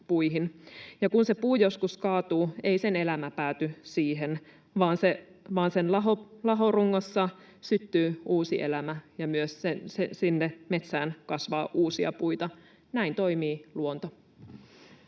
se puu joskus kaatuu, ei sen elämä pääty siihen, vaan sen lahorungossa syttyy uusi elämä, ja myös sinne metsään kasvaa uusia puita. Näin toimii luonto.